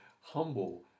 humble